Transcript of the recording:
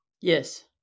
Yes